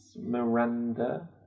Miranda